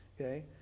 Okay